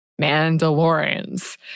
Mandalorians